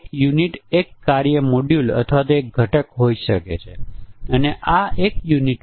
n 40 અથવા 50 હોઈ શકે છે અને તે ફક્ત 3 છે